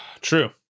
True